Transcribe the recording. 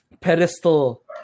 pedestal